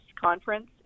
conference